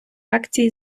акції